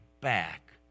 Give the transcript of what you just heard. back